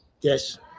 Yes